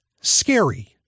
scary